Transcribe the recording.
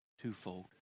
twofold